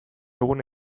dugun